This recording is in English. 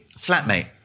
flatmate